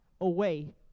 away